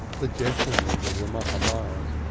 the gentlemen of the mahamad,